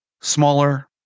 smaller